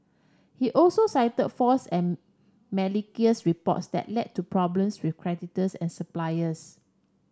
he also cited false and reports that led to problems with creditors and suppliers